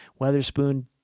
Weatherspoon